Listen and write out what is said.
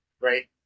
right